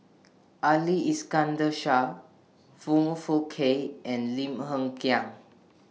Ali Iskandar Shah Foong Fook Kay and Lim Hng Kiang